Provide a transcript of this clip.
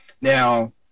Now